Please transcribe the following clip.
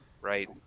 Right